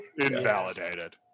Invalidated